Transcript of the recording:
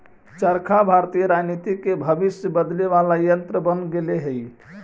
चरखा भारतीय राजनीति के भविष्य बदले वाला यन्त्र बन गेले हई